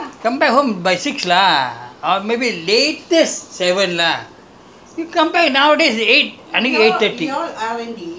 உங்க:ungga owner சொல்லுவாரு இத செய் அத செய்:solluvaaru itha sei atha sei come back home by six lah or maybe latest seven lah